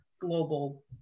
global